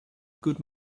good